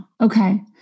okay